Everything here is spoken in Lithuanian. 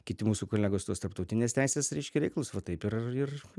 kiti mūsų kolegos tos tarptautinės teisės reiškia reikalus ir va taip ir ir